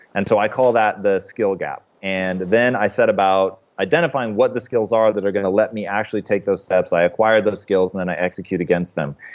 and so i call that the skill gap. and then i set about identifying what the skills are that are going to let me actually take those steps. i acquire those skills, and then i execute against them.